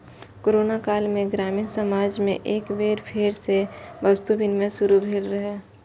corona काल मे ग्रामीण समाज मे एक बेर फेर सं वस्तु विनिमय शुरू भेल रहै